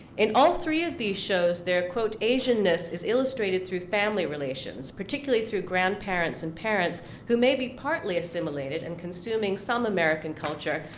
in all three of these shows, their, quote, asianess is illustrated through family relations, particularly through grandparents and parents who may be partly assimilated, and consuming some american culture,